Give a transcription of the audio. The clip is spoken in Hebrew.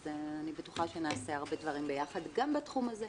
אז אני בטוחה שנעשה הרבה דברים ביחד גם בתחום הזה.